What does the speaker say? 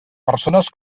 persones